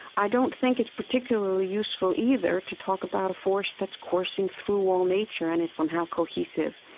i don't think it's particularly useful either to talk about a force that's coursing through all nature and is somehow cohesive.